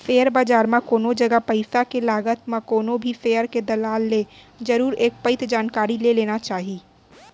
share बजार म कोनो जगा पइसा के लगात म कोनो भी सेयर के दलाल ले जरुर एक पइत जानकारी ले लेना चाही